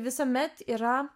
visuomet yra